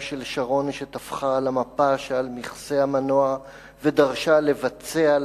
של שרון שטפחה על המפה שעל מכסה המנוע ודרשה לבצע,